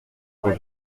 quand